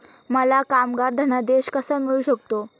मला कामगार धनादेश कसा मिळू शकतो?